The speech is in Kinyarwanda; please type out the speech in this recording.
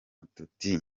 tuti